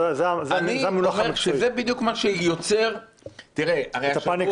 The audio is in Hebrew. זה בדיוק מה שיוצר -- את הפניקה.